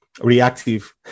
reactive